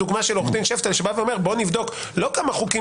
הדוגמה של עורך דין שבא ואומר: בואו נבדוק לא כמה חוקים